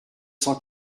cent